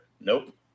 Nope